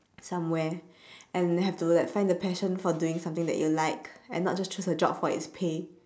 somewhere and have to like find the passion for doing something that you like and not just choose a job for its pay